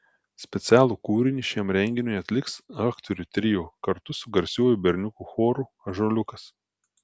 specialų kūrinį šiam renginiui atliks aktorių trio kartu su garsiuoju berniukų choru ąžuoliukas